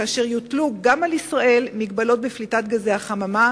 כאשר יוטלו גם על ישראל הגבלות בפליטת גזי החממה